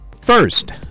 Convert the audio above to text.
First